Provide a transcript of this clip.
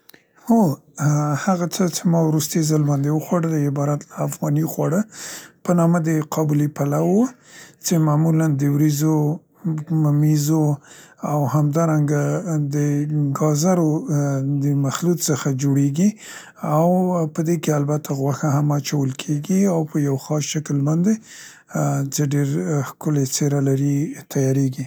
هو، هغه څه څې ما وروستي ځل باندې وخوړل عبارت له افغاني خواړه، په نامه دې قابلي پلو و، څې معمولاً د وریزو، م ممیزو او همدارنګه ا د ګازرو د مخلوط څخه جوړیګي او ا په دې کې البته غوښه هم اچول کېګي او په یو خاص شکل باندې ا چې ډير ښکلې څيره لري تیارېګي.